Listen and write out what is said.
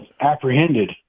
apprehended